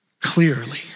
Clearly